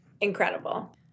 incredible